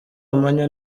amanywa